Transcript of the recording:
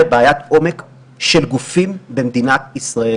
לבעיית עומק של גופים במדינת ישראל,